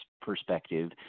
perspective